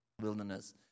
Wilderness